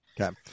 okay